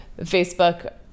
Facebook